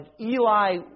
Eli